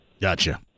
Gotcha